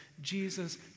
Jesus